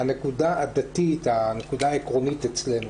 הנקודה העקרונית אצלנו,